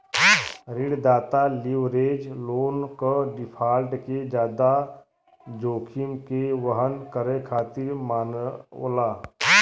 ऋणदाता leverage loan क default के जादा जोखिम के वहन करे खातिर मानला